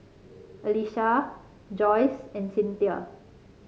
Alysa Joyce and Cynthia